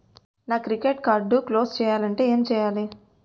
నా credit card close చేయాలంటే ఏంటి చేయాలి?